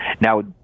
Now